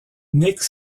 nic